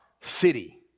city